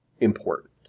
important